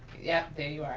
yeah, there you are,